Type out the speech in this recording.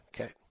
Okay